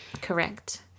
Correct